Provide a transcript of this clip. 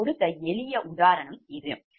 நான் கொடுத்த எளிய உதாரணம் இது